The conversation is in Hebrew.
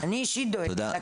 אני אישית דואגת לה.